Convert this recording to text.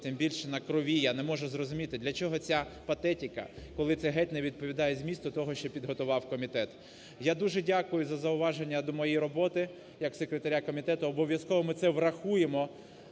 тим більше на крові, я не можу зрозуміти для чого ця патетика, коли це геть не відповідає змісту того, що підготував комітет. Я дуже дякую за зауваження до моєї роботи як секретаря комітету, обов'язково ми це врахуємо.